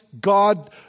God